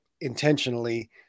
intentionally